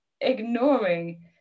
ignoring